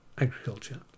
agriculture